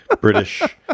British